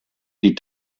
die